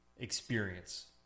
experience